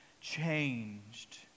changed